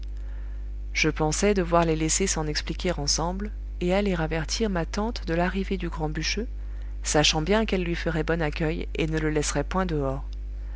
je pensai devoir les laisser s'en expliquer ensemble et aller avertir ma tante de l'arrivée du grand bûcheux sachant bien qu'elle lui ferait bon accueil et ne le laisserait point dehors